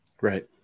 right